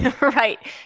right